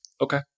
okay